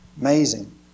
Amazing